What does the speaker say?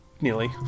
Nearly